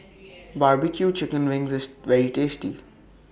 Barbecue Chicken Wings IS very tasty